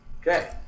Okay